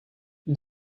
you